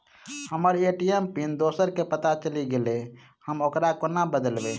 हम्मर ATM PIN दोसर केँ पत्ता चलि गेलै, हम ओकरा कोना बदलबै?